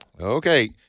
Okay